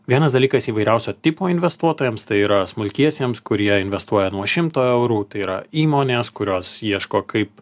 vienas dalykas įvairiausio tipo investuotojams tai yra smulkiesiems kurie investuoja nuo šimto eurų tai yra įmonės kurios ieško kaip